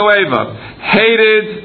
Hated